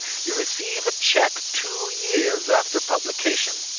you receive a cheque two years after publication.